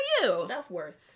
Self-worth